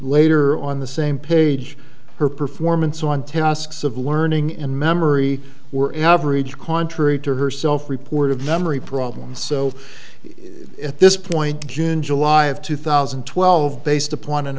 later on the same page her performance on tasks of learning and memory were average contrary to herself report of memory problems so at this point june july of two thousand and twelve based upon an